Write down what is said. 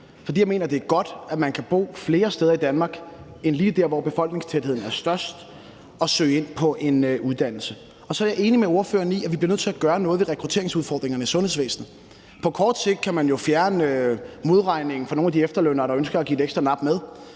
jeg mener, at det er godt, at man kan bo og søge ind på en uddannelse flere steder i Danmark end lige dér, hvor befolkningstætheden størst. Og så er jeg enig med ordføreren i, at vi bliver nødt til at gøre noget ved rekrutteringsudfordringerne i sundhedsvæsenet. På kort sigt kan man jo fjerne modregningen for nogle af de efterlønnere, der ønsker at give et ekstra nap med.